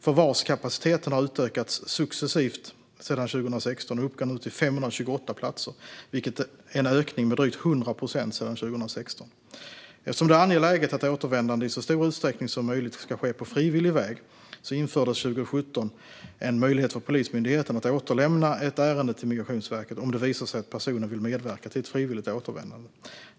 Förvarskapaciteten har utökats successivt sedan 2016 och uppgår nu till 528 platser, vilket är en ökning med drygt 100 procent sedan 2016. Eftersom det är angeläget att återvändande i så stor utsträckning som möjligt ska ske på frivillig väg infördes 2017 en möjlighet för Polismyndigheten att återlämna ett ärende till Migrationsverket om det visar sig att personen vill medverka till ett frivilligt återvändande.